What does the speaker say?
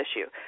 issue